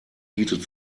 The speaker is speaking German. bietet